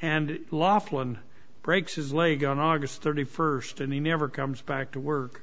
and lawful and breaks his leg on august thirty first and he never comes back to work